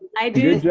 i did. yeah